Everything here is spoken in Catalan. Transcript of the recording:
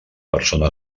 persona